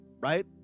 right